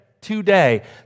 today